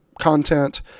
content